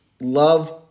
love